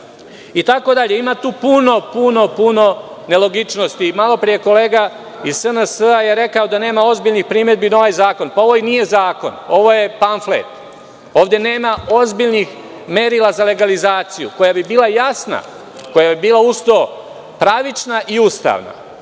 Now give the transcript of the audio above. do sada. Ima tu puno nelogičnosti. Malopre je kolega iz SNS rekao da nema ozbiljnih primedbi na ovaj zakon. Ovo i nije zakon. Ovo je panfle. Ovde nema ozbiljnih merila za legalizaciju, koja bi bila jasna, koja bi bila uz to pravična i ustavna,